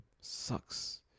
sucks